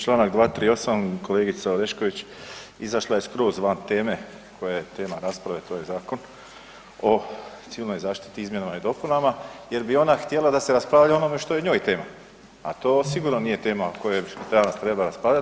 Članak 238. kolegica Orešković izašla je skroz van teme koja je tema rasprave to je Zakon o Civilnoj zaštiti, izmjenama i dopunama jer bi ona htjela da se raspravlja o onome što je njoj tema a to sigurno nije tema o kojoj danas treba raspravljati.